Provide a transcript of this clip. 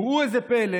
וראו זה פלא,